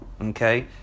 okay